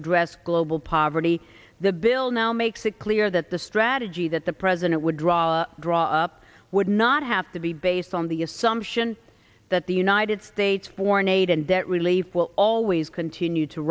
address global poverty the bill now makes it clear that the strategy that the president would draw draw up would not have to be based on the assumption that the united states foreign aid and debt relief will always continue to